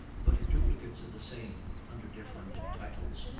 but duplicates of the same, under different titles.